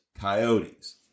coyotes